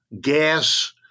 gas